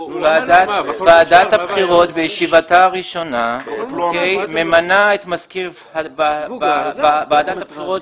ועדת הבחירות בישיבתה הראשונה ממנה את מזכיר ועדת הבחירות,